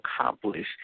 accomplish